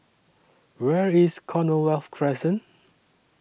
Where IS Commonwealth Crescent